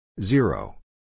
Zero